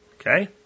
Okay